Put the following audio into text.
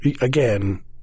again